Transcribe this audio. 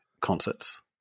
concerts